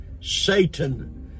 Satan